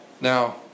Now